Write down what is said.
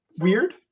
Weird